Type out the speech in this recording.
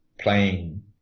playing